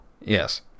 Yes